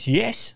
yes